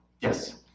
Yes